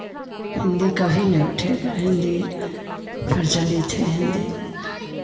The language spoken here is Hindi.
हिन्दी कभी नहीं उठेगा हिन्दी प्रचलित है हिन्दी